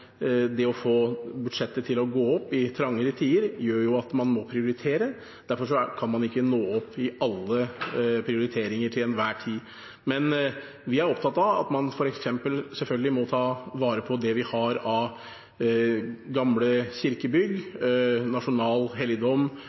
Det å få budsjettet til å gå opp i trangere tider gjør at man må prioritere. Derfor kan man ikke nå opp med alle prioriteringer til enhver tid. Vi er opptatt av at man selvfølgelig må ta vare på f.eks. det vi har av gamle kirkebygg, nasjonal helligdom